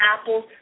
apples